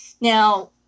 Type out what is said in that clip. Now